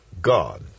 God